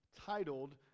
titled